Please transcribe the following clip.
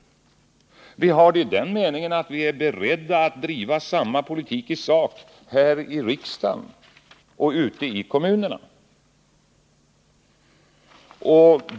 Vi har det i den meningen att vi måste vara beredda att driva samma politik i sak här i riksdagen och ute i kommunerna.